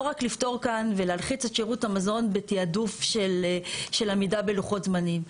לא רק לפתור כאן ולהלחיץ את שירות המזון בתעדוף של עמידה בלוחות זמנים.